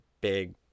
big